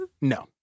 no